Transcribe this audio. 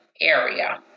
area